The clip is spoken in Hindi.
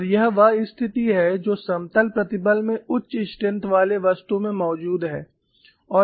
और यह वह स्थिति है जो समतल प्रतिबल में उच्च स्ट्रेंग्थ वाले वस्तु में मौजूद है